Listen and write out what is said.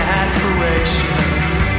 aspirations